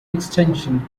extension